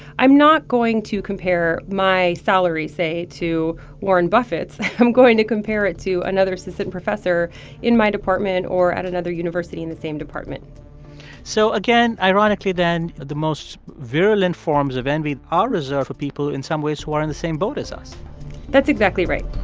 i'm not going to compare my salary, say, to warren buffett's. i'm going to compare it to another assistant professor in my department or at another university in the same department so again, ironically then, the most virulent forms of envy are reserved for people, in some ways, who are in the same boat as us that's exactly right